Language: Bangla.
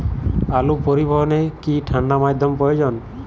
আলু পরিবহনে কি ঠাণ্ডা মাধ্যম প্রয়োজন?